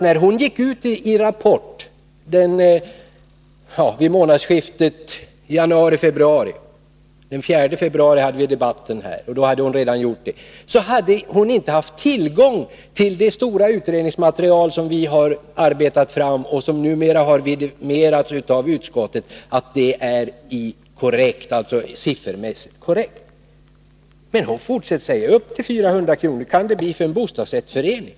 När hon uttalade sig i Rapport vid månadsskiftet januari-februari— den 4 februari hade vi debatten här i kammaren, och då hade hon redan gjort det — hade hon inte tillgång till det stora utredningsmaterial som vi har arbetat fram och som utskottet sedan har vidimerat som siffermässigt korrekt. Men hon fortsätter med att säga att det kan bli en ökning med upp till 400 kr. för en bostadsrättsförening.